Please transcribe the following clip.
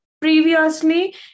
Previously